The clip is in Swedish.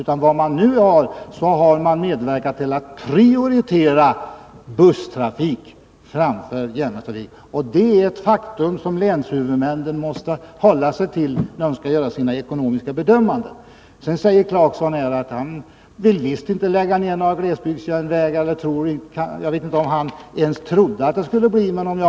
Vad moderaterna nu har valt är att medverka till att prioritera busstrafik framför järnvägstrafik. Detta är ett faktum som länshuvudmännen måste hålla sig till när de skall göra sina ekonomiska bedömningar. Sedan säger herr Clarkson att han visst inte vill lägga ner några glesbygdsjärnvägar. Jag vet inte om han ens trodde att det skulle bli några nedläggningar.